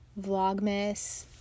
vlogmas